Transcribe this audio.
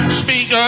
speak